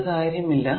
അത് കാര്യമില്ല